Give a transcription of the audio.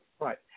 Right